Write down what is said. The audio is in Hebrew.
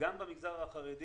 וגם במגזר הערבי